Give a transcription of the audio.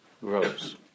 grows